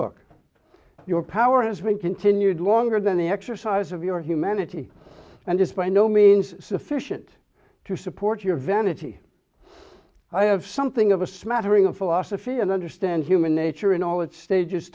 book your power has been continued longer than the exercise of your humanity and it's by no means sufficient to support your vanity i have something of a smattering of philosophy and understand human nature in all its stages